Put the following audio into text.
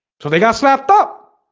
so they got slapped up